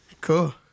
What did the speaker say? Cool